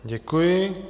Děkuji.